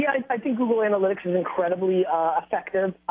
yeah, i think google analytics is incredibly effective.